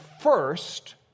first